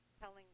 telling